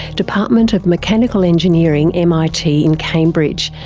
department of mechanical engineering, mit, in cambridge,